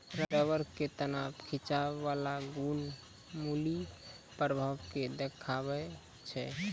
rubber के तनाव खिंचाव बाला गुण मुलीं प्रभाव के देखाबै छै